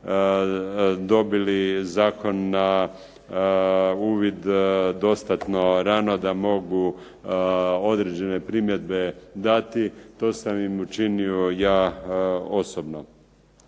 dobili zakon na uvid dostatno rano da mogu određene primjedbe dati. To sam im učinio ja osobno,